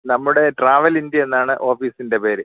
നമ്മുടെ travel India എന്നാണ് ഓഫീസിന്റെ പേര്